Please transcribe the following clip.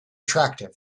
attractive